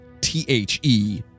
T-H-E